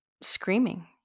screaming